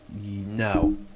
No